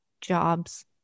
jobs